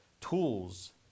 tools